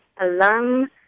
alum